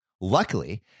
luckily